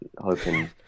Hoping